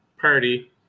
party